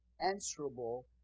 answerable